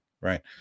right